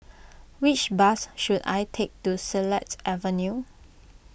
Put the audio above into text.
which bus should I take to Silat Avenue